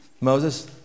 Moses